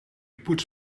poets